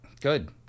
Good